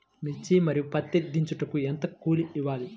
మిర్చి మరియు పత్తి దించుటకు ఎంత కూలి ఇవ్వాలి?